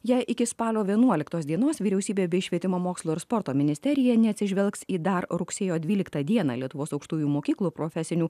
jei iki spalio vienuoliktos dienos vyriausybė bei švietimo mokslo ir sporto ministerija neatsižvelgs į dar rugsėjo dvyliktą dieną lietuvos aukštųjų mokyklų profesinių